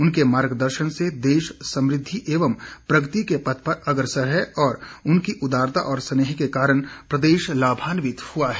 उनके मार्गदर्शन से देश समृद्धि एवं प्रगति के पथ पर अग्रसर है और उनकी उदारता और स्नेह के कारण प्रदेश लाभान्वित हुआ है